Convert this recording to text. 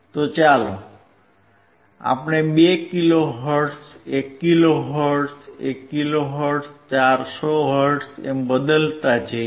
તો ચાલો આપણે 2 kilohertz 1 kilohertz 1 kilohertz 400 hertz એમ બદલતા જઇએ